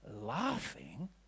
laughing